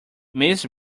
mrs